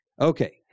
Okay